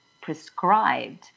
prescribed